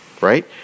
right